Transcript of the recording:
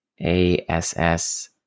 A-S-S